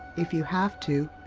if you have to.